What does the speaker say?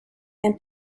and